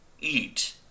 eat